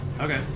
Okay